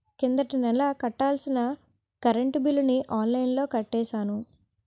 కిందటి నెల కట్టాల్సిన కరెంట్ బిల్లుని ఆన్లైన్లో కట్టేశాను